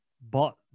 bought